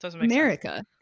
America